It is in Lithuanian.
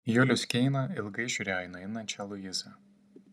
julius keina ilgai žiūrėjo į nueinančią luizą